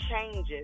changes